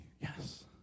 Yes